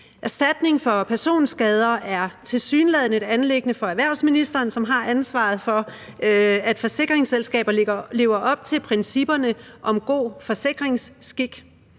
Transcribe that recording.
Erstatning for personskader er tilsyneladende et anliggende for erhvervsministeren, som har ansvaret for, at forsikringsselskaber lever op til principperne om god forsikringsskik.